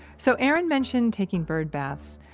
so aaron mentioned taking birdbaths,